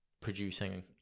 producing